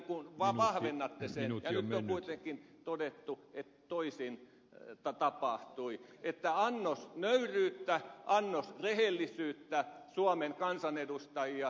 nyt on kuitenkin todettu että toisin tapahtui niin että annos nöyryyttä annos rehellisyyttä suomen kansanedustajia eduskuntaa kohtaan